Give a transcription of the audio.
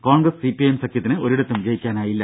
കോൺഗ്രസ് സിപിഐഎം സഖ്യത്തിന് ഒരിടത്തും ജയിക്കാനായില്ല